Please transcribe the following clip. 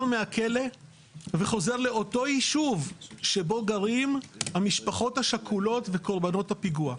מהכלא וחוזר לאותו יישוב שבו גרים המשפחות השכולות וקורבנות הפיגוע.